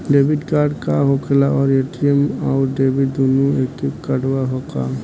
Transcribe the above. Debit card का होखेला और ए.टी.एम आउर डेबिट दुनों एके कार्डवा ह का?